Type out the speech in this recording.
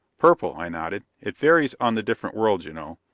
purple, i nodded. it varies on the different worlds, you know.